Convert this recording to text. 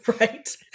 Right